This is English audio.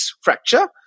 fracture